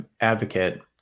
advocate